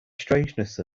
strangeness